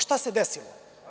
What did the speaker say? Šta se desilo?